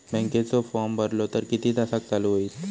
बँकेचो फार्म भरलो तर किती तासाक चालू होईत?